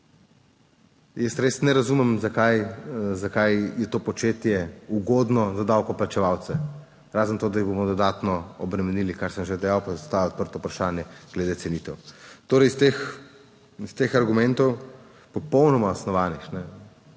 Jaz res ne razumem, zakaj zakaj je to početje ugodno za davkoplačevalce, razen to, da jih bomo dodatno obremenili, kar sem že dejal, pa ostaja odprto vprašanje glede cenitev. Torej iz teh, iz teh argumentov popolnoma osnovanih